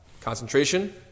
Concentration